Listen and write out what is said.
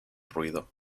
ruido